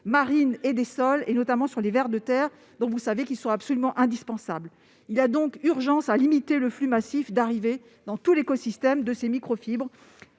marine et des sols, notamment sur les vers de terre, qui- vous le savez -sont absolument indispensables. Il y a donc urgence à limiter le flux massif d'arrivées de ces microfibres